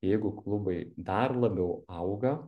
jeigu klubai dar labiau auga